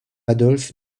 adolphe